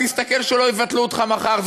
תסתכל שלא יבטלו אותך מחר.